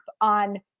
on